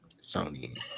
sony